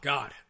God